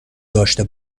داشته